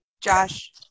josh